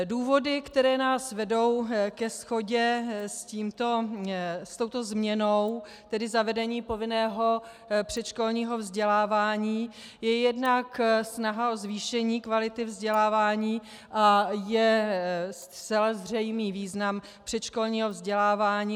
Důvody, které nás vedou ke shodě s touto změnou, tedy zavedení povinného předškolního vzdělávání, je jednak snaha o zvýšení kvality vzdělávání a je zcela zřejmý význam předškolního vzdělávání.